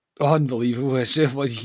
Unbelievable